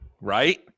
Right